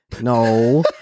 No